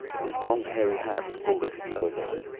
his long hairy hand pulled at his lower lip.